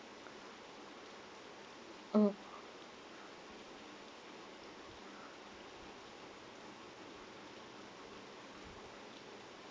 mmhmm